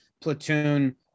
platoon